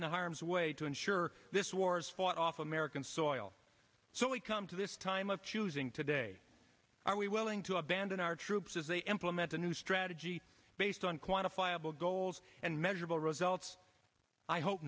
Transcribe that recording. into harm's way to ensure this war is fought off american soil so we come to this time of choosing today are we willing to abandon our troops as they employ meant a new strategy based on quantifiable goals and measurable results i hope